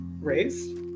raised